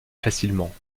facilement